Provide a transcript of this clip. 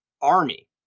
Army